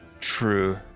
True